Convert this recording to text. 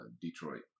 Detroit